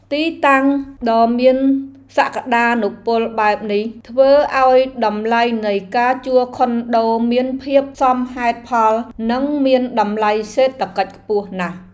ទីតាំងដ៏មានសក្តានុពលបែបនេះធ្វើឱ្យតម្លៃនៃការជួលខុនដូមានភាពសមហេតុផលនិងមានតម្លៃសេដ្ឋកិច្ចខ្ពស់ណាស់។